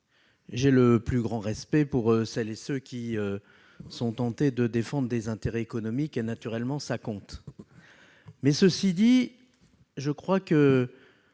J'ai le plus grand respect pour celles et ceux qui sont tentés de défendre des intérêts économiques ; naturellement, ça compte ! Cela dit, la lutte